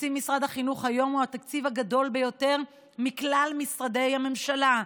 תקציב משרד החינוך היום הוא התקציב הגדול ביותר מכלל משרדי הממשלה,